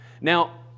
Now